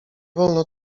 wolno